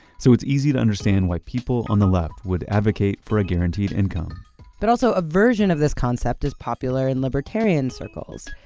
so it's easy to understand why people on the left would advocate for a guaranteed income but also a version of this concept is popular in libertarian circles.